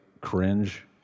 cringe